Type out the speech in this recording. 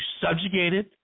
subjugated